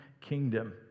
kingdom